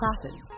classes